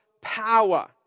power